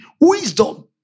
wisdom